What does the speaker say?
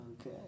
Okay